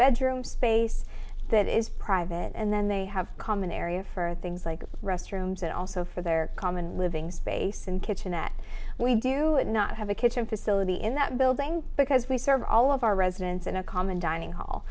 bedroom space that is private and then they have a common area for things like restrooms and also for their common living space and kitchen that we do not have a kitchen facility in that building because we serve all of our residents in a common dining hall